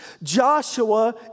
Joshua